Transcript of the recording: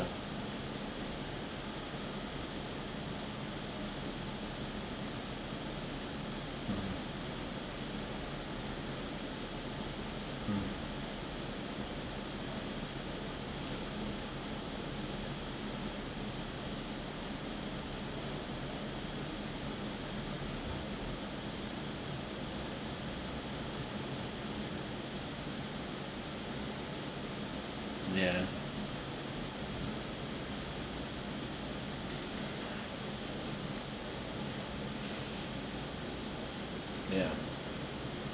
mm ya ya